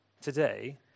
today